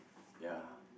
ya